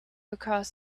across